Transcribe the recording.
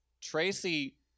Tracy